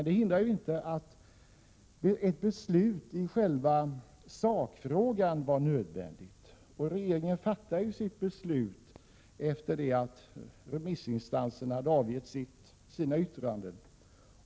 Det hindrar inte att beslutet i själva sakfrågan var nödvändigt. Regeringen fattade sitt beslut efter det att remissinstanserna hade avgett sina yttranden.